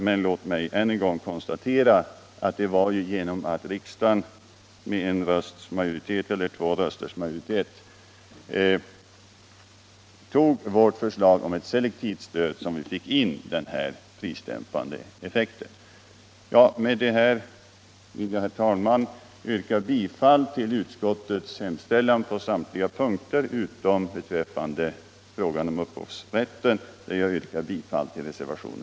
Men låt mig än en gång konstatera att det var genom att riksdagen med en rösts majoritet tog vårt förslag om ett selektivt stöd som vi fick in den prisdämpande effekten.